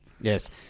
Yes